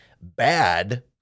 bad